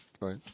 Right